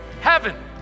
heaven